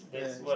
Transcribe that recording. yes